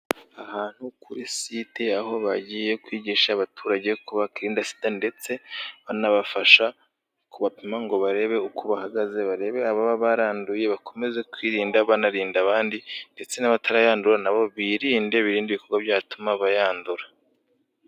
Ahantu kuri site, aho bagiye kwigisha abaturage uko bakirinda SIDA ndetse banabafasha kubapima ngo barebe uko bahagaze, barebe ababa baranduye, bakomeze kwirinda, banarinda abandi ndetse n'abatarayandura na bo birinde, birinde ibikorwa byatuma bayandura.